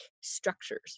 structures